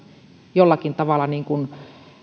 jollakin tavalla